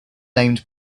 named